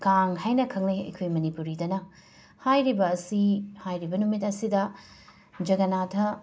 ꯀꯥꯡ ꯍꯥꯏꯅ ꯈꯪꯅꯩ ꯑꯩꯈꯣꯏ ꯃꯅꯤꯄꯨꯔꯤꯗꯅ ꯍꯥꯏꯔꯤꯕ ꯑꯁꯤ ꯍꯥꯏꯔꯤꯕ ꯅꯨꯃꯤꯠ ꯑꯁꯤꯗ ꯖꯒꯅꯥꯊ